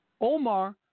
Omar